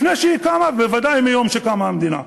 לפני שהיא קמה, ובוודאי מיום שקמה המדינה.